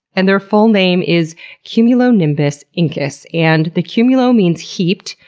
and their full name is cumulonimbus incus. and the cumulo means heaped,